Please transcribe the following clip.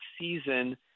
season